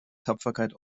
tapferkeit